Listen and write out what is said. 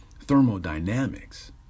thermodynamics